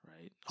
right